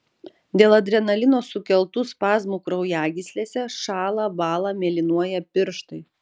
dėl adrenalino sukeltų spazmų kraujagyslėse šąla bąla mėlynuoja pirštai